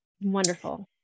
Wonderful